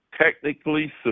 technically